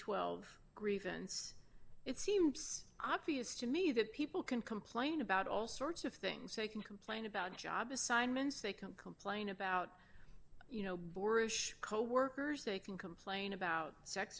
twelve grievance it seems obvious to me that people can complain about all sorts of things they can complain about job assignments they can complain about you know borish coworkers they can complain about sex